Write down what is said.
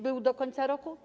Był do końca roku?